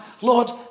Lord